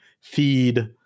feed